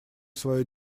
свое